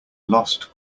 lost